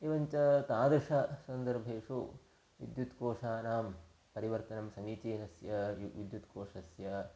एवञ्च तादृशसन्दर्भेषु विद्युत्कोषानां परिवर्तनं समीचीनस्य विद्युत्कोषस्य